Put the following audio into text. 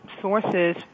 sources